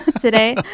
today